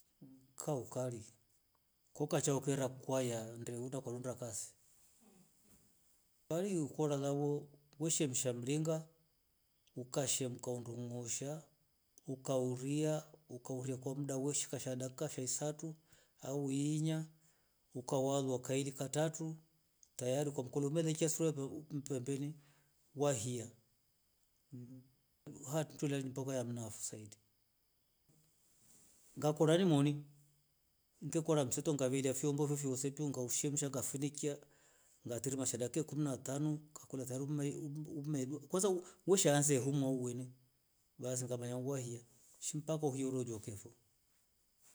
Ka ukari koka choo kera kwaya ndeu ndo ukarunda kasi kwani ikoraa ugari weshemsha mringa utashe mka undusha ukaria kwa mda weshika sha dakika isatu au ukauatua kaili katatu tarayi ukalola. umeleka sufuria fo pembeni waiyo hato hini mweni ngekola mseto ngavela vindo fosee piuh ngafifunika vikashemka ngati rimo sha dakika kumi na tano wesheasa hiumwa we weni basi ngamanya waiya basi si pako uike urofeke.